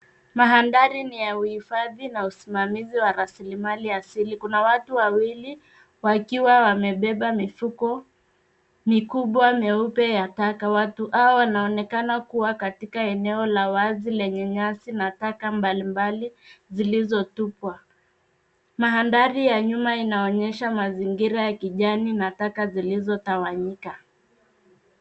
Mandhari ni ya uhifadhi na usimamizi wa rasilimali asili. Kuna watu wawili wakiwa wamebeba mifuko mikubwa meupe ya taka. Watu hawa wanaonekana kuwa katika eneo la wazi, lenye nyasi na taka mbalimbali zilizotupwa. Mandhari ya nyuma inaonyesha mazingira ya kijani na taka zilizotawanyika.